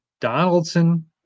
Donaldson